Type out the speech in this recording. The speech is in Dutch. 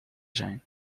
zijn